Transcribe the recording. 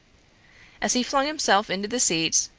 as he flung himself into the seat,